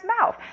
mouth